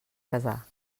casar